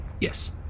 yes